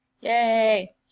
Yay